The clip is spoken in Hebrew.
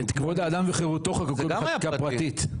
--- את כבוד האדם וחירותו חוקקו בחקיקה פרטית.